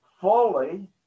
fully